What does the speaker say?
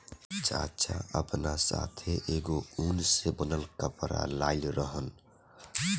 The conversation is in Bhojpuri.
चाचा आपना साथै एगो उन से बनल कपड़ा लाइल रहन